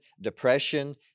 depression